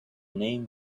name